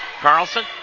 Carlson